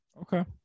Okay